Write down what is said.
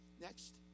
Next